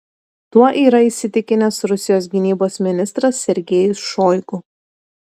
tuo yra įsitikinęs rusijos gynybos ministras sergejus šoigu